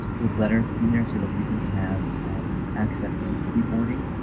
with letters in there so that you can have access to keyboarding